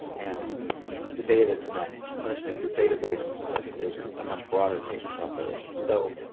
and the data that's in that clinician and group database is a much broader patient population. so,